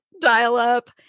dial-up